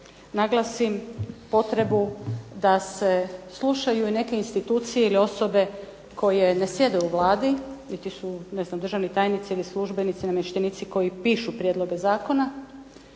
naglasim potrebu da se slušaju i neke institucije ili osobe koje ne sjede u Vladi niti su ne znam državni tajnici ili službenici, namještenici koji pišu prijedloge zakona.